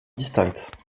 distinctes